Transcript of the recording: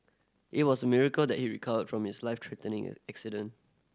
it was a miracle that he recovered from his life threatening accident